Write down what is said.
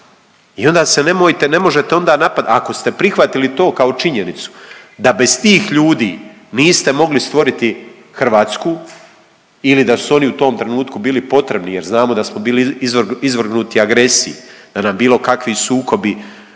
I onda se nemojte, ne možete onda napadati, ako ste prihvatili to kao činjenicu da bez tih ljudi niste mogli stvoriti Hrvatsku ili da su oni u tom trenutku bili potrebni jer znamo da smo bili izvrgnuti agresiji, da nam bilo kakvi sukobi